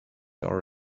our